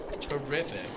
Terrific